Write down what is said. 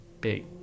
big